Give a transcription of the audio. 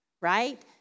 right